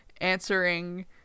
answering